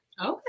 Okay